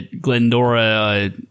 Glendora